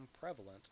prevalent